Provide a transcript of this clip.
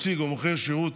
מציג או מוכר שירות